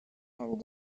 and